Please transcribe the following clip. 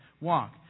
walk